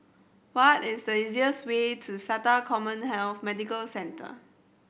what is the easiest way to SATA CommHealth Medical Centre